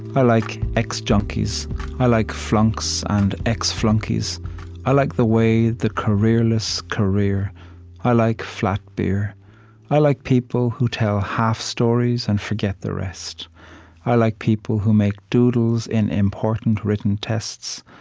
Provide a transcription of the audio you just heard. i like ex-junkies i like flunks and ex-flunkies i like the way the career-less career i like flat beer i like people who tell half stories and forget the rest i like people who make doodles in important written tests,